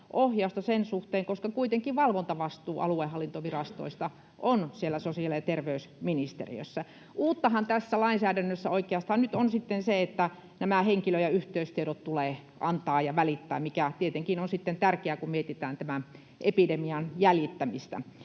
ohjausta sen suhteen, koska kuitenkin valvontavastuu aluehallintovirastoista on siellä sosiaali‑ ja terveysministeriössä. Uuttahan tässä lainsäädännössä oikeastaan on nyt se, että nämä henkilö‑ ja yhteystiedot tulee antaa ja välittää, mikä tietenkin on tärkeää, kun mietitään tämän epidemian jäljittämistä.